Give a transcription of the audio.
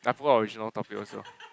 I forgot our original topic was about